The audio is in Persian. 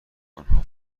آنها